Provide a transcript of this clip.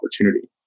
opportunity